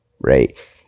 right